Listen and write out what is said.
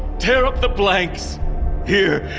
tear up the blanks here.